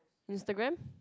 Instagram